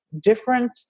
different